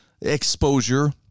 exposure